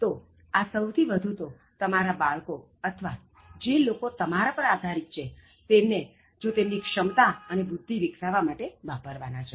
તો આ સહુથી વધુ તો તમારા બાળકો અથવા લોકો જે તમારા પર આધારિત છે તેમને જો તેમની ક્ષમતા અને બુદ્ધિ વિકસાવવા માટે વધુ વપરાય છે